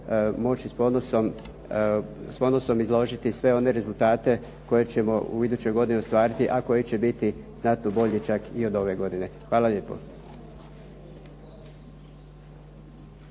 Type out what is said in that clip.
moći s ponosom izložiti sve one rezultate koje ćemo u idućoj godini ostvariti, a koji će biti znatno bolji čak i od ove godine. Hvala lijepo.